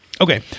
Okay